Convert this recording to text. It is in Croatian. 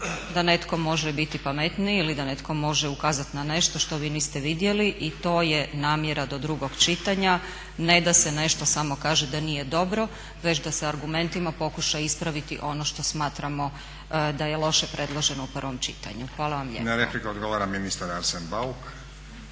da netko može biti pametniji ili da netko može ukazati na nešto što vi niste vidjeli i to je namjera do drugog čitanja ne da se nešto samo kaže da nije dobro već da se argumentima pokuša ispraviti ono što smatramo da je loše predloženo u prvom čitanju. Hvala vam lijepo.